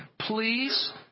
Please